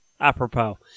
apropos